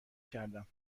کردم